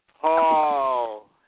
Paul